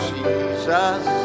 Jesus